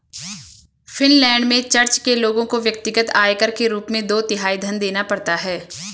Finland में church के लोगों को व्यक्तिगत आयकर के रूप में दो तिहाई धन देना पड़ता है